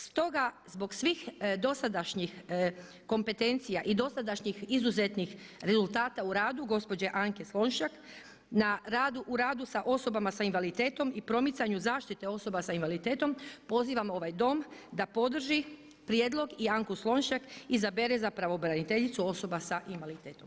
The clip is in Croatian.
Stoga, zbog svih dosadašnjih kompetencija i dosadašnjih izuzetnih rezultata u radu gospođe Anke Slonjšak u radu sa osobama s invaliditetom i promicanju zaštite osoba s invaliditetom pozivam ovaj dom da podrži prijedlog i Anku Slonjšak izabere za pravobraniteljicu osoba s invaliditetom.